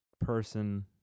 person